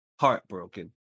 heartbroken